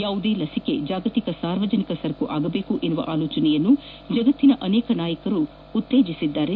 ಯಾವುದೇ ಲಸಿಕೆ ಜಾಗತಿಕ ಸಾರ್ವಜನಿಕ ಸರಕು ಆಗಬೇಕು ಎಂಬ ಆಲೋಚನೆಯನ್ನು ಜಗತ್ತಿನ ಅನೇಕ ನಾಯಕರು ಉತ್ತೇಜಿಸಿದ್ದಾರೆ